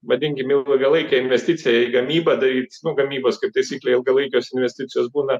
vadinkim ilgalaikė investicija į gamybą daryt nu gamybos kaip taisyklė ilgalaikės investicijos būna